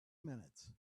minutes